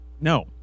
No